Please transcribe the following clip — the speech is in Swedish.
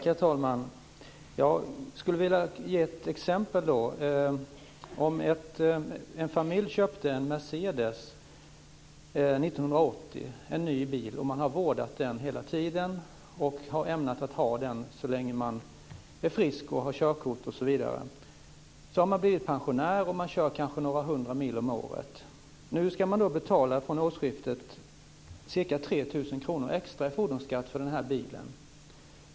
Herr talman! Jag skulle vilja ge ett exempel. En familj köpte en Mercedes 1980 - en ny bil - och man har vårdat den hela tiden. Man har ämnat ha den så länge man är frisk, har körkort osv. Så har man blivit pensionär, och man kör kanske några hundra mil om året. Från årsskiftet ska man betala ca 3 000 kr extra i fordonsskatt för denna bil.